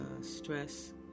stress